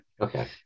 okay